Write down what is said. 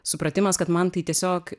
supratimas kad man tai tiesiog